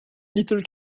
little